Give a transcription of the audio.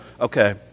okay